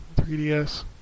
3DS